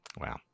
Wow